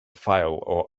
file